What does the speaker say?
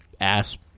Ass